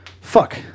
fuck